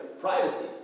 privacy